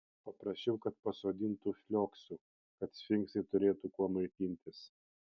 paprašiau kad pasodintų flioksų kad sfinksai turėtų kuo maitintis